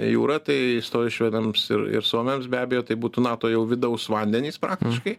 jūra tai įstojus švedams ir ir suomiams be abejo tai būtų nato jau vidaus vandenys praktiškai